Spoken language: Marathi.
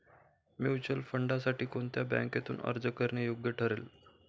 म्युच्युअल फंडांसाठी कोणत्या बँकेतून अर्ज करणे योग्य ठरेल?